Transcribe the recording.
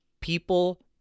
People